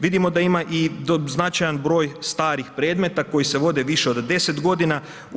Vidimo da ima i značajan broj starih predmeta koji se vode više od 10 godina.